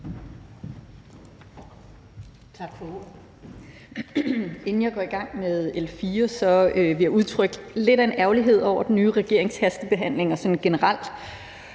Tak for det.